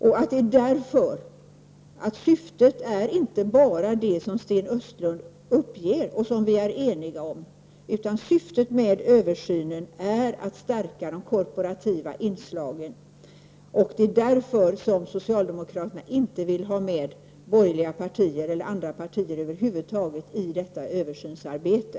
Det är i så fall därför att syftet inte bara är det som Sten Östlund uppger och som vi är eniga om, utan att stärka de korporativa inslagen. Socialdemokraterna vill därför inte ha med borgerliga partier, eller andra partier över huvud taget, i detta översynsarbete.